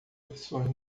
opções